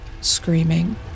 screaming